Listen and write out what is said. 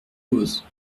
cause